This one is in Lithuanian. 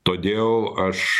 todėl aš